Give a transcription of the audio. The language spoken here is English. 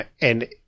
and-